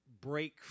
break